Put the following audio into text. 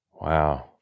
Wow